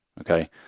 Okay